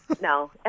No